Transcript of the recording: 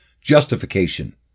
justification